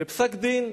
ופסק-דין,